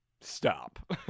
stop